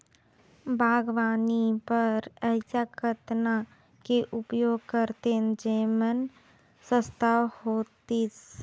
बागवानी बर ऐसा कतना के उपयोग करतेन जेमन सस्ता होतीस?